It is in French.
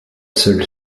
seule